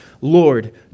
Lord